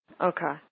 Okay